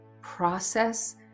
process